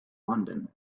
london